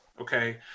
okay